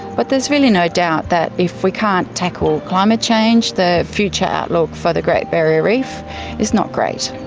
but there's really no doubt that if we can't tackle climate change, the future outlook for the great barrier reef is not great.